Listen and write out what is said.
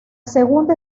segunda